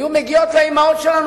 הן היו מגיעות בתיאום עם האמהות שלנו,